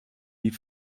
die